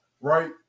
right